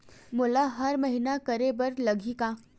मोला हर महीना करे बर लगही का?